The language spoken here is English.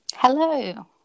Hello